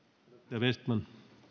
arvoisa